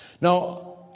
Now